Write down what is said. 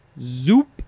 Zoop